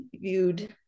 viewed